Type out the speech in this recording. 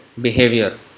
Behavior